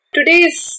Today's